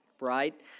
right